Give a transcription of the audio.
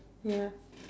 ya